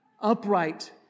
upright